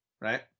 right